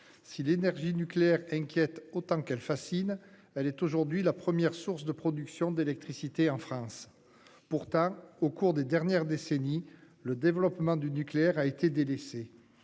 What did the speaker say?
si l'énergie nucléaire inquiète autant qu'elle fascine. Elle est aujourd'hui la première source de production d'électricité en France. Pourtant, au cours des dernières décennies, le développement du nucléaire a été délaissé.